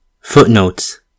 Footnotes